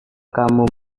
kamu